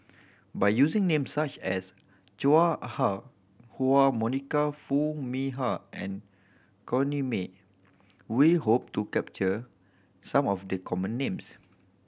by using names such as Chua Ah Huwa Monica Foo Mee Har and Corrinne May we hope to capture some of the common names